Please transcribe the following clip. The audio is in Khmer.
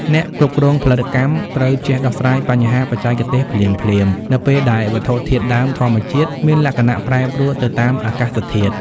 អ្នកគ្រប់គ្រងផលិតកម្មត្រូវចេះដោះស្រាយបញ្ហាបច្ចេកទេសភ្លាមៗ នៅពេលដែលវត្ថុធាតុដើមធម្មជាតិមានលក្ខណៈប្រែប្រួលទៅតាមអាកាសធាតុ។